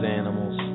animals